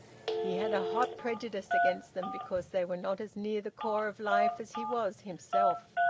he had a hot prejudice against them because they were not as near the core of life as he was himself.